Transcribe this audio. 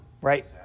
Right